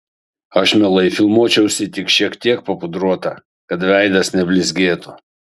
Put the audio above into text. aš mielai filmuočiausi tik šiek tiek papudruota kad veidas neblizgėtų